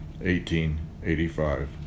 1885